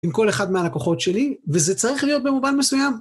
עם כל אחד מהלקוחות שלי, וזה צריך להיות במובן מסוים.